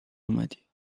اومدی